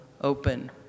open